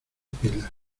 pilas